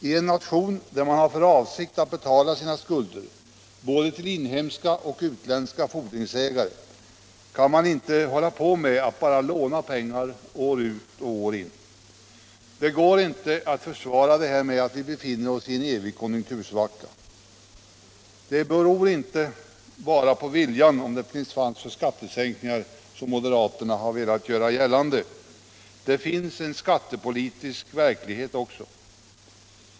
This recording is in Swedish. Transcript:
I en nation där man har för avsikt att betala sina skulder, både till inhemska och utländska fordringsägare, kan man inte hålla på med att bara låna pengar år ut och år in. Det går inte att försvara det med att vi befinner oss i en evig konjunktursvacka. Det beror inte bara på viljan om det finns plats för skattesänkningar, något som moderaterna velat göra gällande. Det finns en skattepolitisk verklighet också.